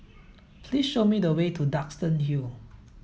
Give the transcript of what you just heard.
please show me the way to Duxton Hill